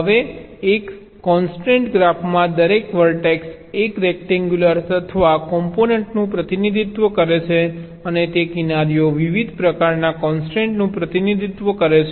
હવે એક કોન્સ્ટ્રેન્ટ ગ્રાફમાં દરેક વર્ટેક્સ એક રેક્ટેન્ગ્યુલર અથવા કોમ્પોનન્ટનું પ્રતિનિધિત્વ કરે છે અને તે કિનારીઓ વિવિધ પ્રકારના કૉન્સ્ટ્રેંટનું પ્રતિનિધિત્વ કરે છે